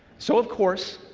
so, of course,